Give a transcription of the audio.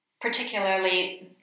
particularly